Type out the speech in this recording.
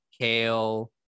kale